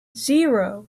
zero